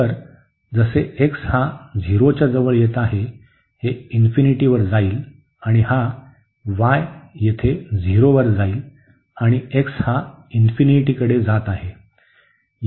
तर जसे x हा 0 च्या जवळ येत आहे हे इन्फिनिटीवर जाईल आणि हा y येथे 0 वर जाईल आणि x हा इन्फिनिटीकडे जात आहे